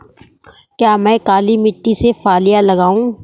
क्या मैं काली मिट्टी में फलियां लगाऊँ?